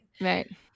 Right